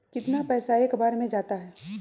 कितना पैसा एक बार में जाता है?